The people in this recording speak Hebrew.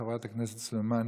חברת הכנסת סלימאן,